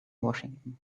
washington